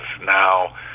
now